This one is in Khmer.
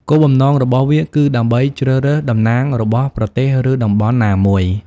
គោលបំណងរបស់វាគឺដើម្បីជ្រើសរើសតំណាងរបស់ប្រទេសឬតំបន់ណាមួយ។